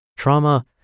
Trauma